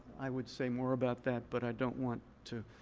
i would say more about that. but i don't want to